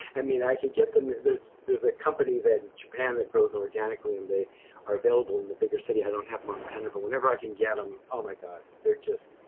and mean, i could get them. there's there's a company that japan that grows organically and they are available in the bigger city. i don't have them on tender, but whenever i can get em, oh my god, they're just,